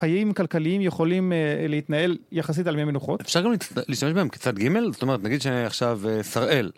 האם כלכליים יכולים להתנהל יחסית על מי המנוחות? אפשר גם להשתמש בהם כצד ג' זאת אומרת, נגיד שעכשיו שראל...